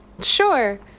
Sure